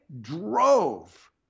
drove